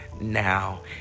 now